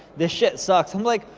this shit sucks. i'm like,